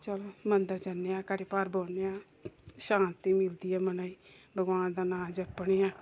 चलो मंदर जन्ने आं घड़ी पर बौहन्ने आं शांति मिलदी ऐ मनै च भगवान दा नांऽ जपने आं